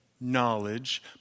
knowledge